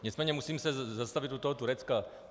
Nicméně musím se zastavit u toho Turecka.